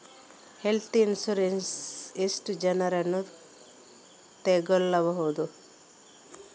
Health insurance ಎಷ್ಟು ಜನರನ್ನು ತಗೊಳ್ಬಹುದು?